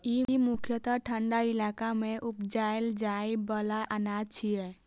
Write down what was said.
ई मुख्यतः ठंढा इलाका मे उपजाएल जाइ बला अनाज छियै